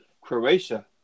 Croatia